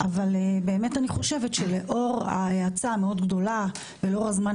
אבל אני חושבת שלאור ההאצה המאוד גדולה ולאור הזמן